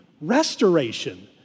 Restoration